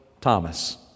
Thomas